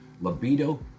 libido